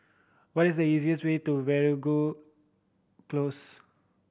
what is the easiest way to Veeragoo Close